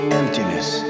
emptiness